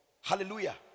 Hallelujah